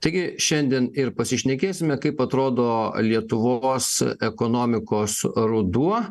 taigi šiandien ir pasišnekėsime kaip atrodo lietuvos ekonomikos ruduo